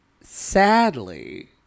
sadly